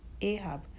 Ahab